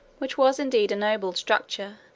which was indeed a noble structure,